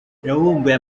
yavumbuye